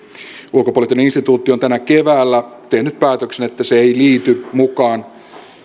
ulkopoliittinen instituutti on tänä keväänä tehnyt päätöksen että se ei liity mukaan